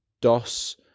dos